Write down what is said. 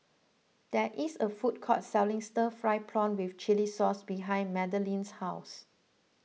there is a food court selling Stir Fried Prawn with Chili Sauce behind Madeleine's house